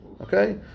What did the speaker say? Okay